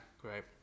great